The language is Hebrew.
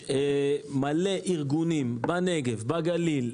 שיש מלא ארגונים בנגב, בגליל.